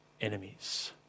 enemies